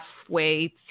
halfway